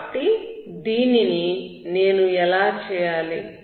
కాబట్టి దీనిని నేను ఎలా చేయాలి